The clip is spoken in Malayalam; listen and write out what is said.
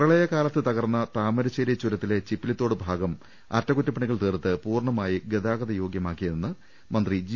പ്രളയകാലത്ത് തകർന്ന താമരശ്ശേരി ചുരത്തിലെ ചിപ്പിലിത്തോട് ഭാഗം അറ്റ കുറ്റപണികൾ തീർത്ത് പൂർണമായും ഗതാഗതയോഗൃമാക്കിയതായി മന്ത്രി ജി